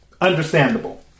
Understandable